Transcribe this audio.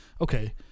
okay